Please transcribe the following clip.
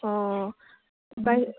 অঁ বাই